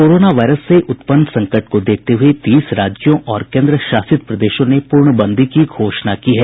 corona virus से उत्पन्न संकट को देखते हुए तीस राज्यों और केन्द्र शासित प्रदेशों ने पूर्ण बंदी की घोषणा की है